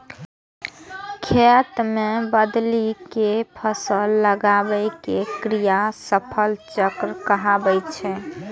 खेत मे बदलि कें फसल लगाबै के क्रिया फसल चक्र कहाबै छै